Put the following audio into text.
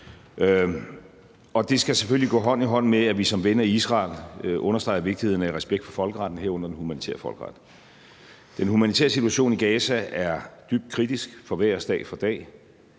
og det skal selvfølgelig gå hånd i hånd med, at vi som venner af Israel understreger vigtigheden af respekten for folkeretten, herunder den humanitære folkeret. Den humanitære situation i Gaza er dybt kritisk, den forværres dag for dag.